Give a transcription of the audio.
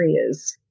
areas